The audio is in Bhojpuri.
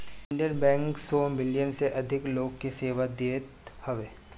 इंडियन बैंक सौ मिलियन से अधिक लोग के सेवा देत हवे